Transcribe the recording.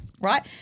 Right